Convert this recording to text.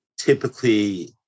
typically